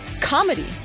comedy